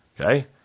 Okay